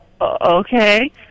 okay